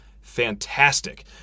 Fantastic